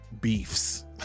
beefs